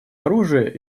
оружия